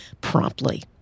promptly